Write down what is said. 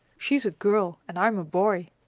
she's a girl, and i'm a boy.